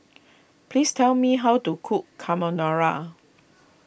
please tell me how to cook Carbonara